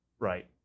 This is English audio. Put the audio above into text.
Right